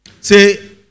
Say